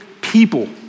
people